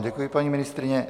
Děkuji vám, paní ministryně.